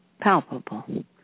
palpable